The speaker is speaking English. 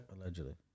Allegedly